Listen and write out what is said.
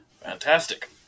Fantastic